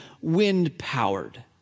wind-powered